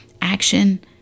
action